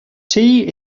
tea